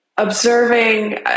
observing